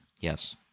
Yes